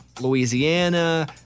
Louisiana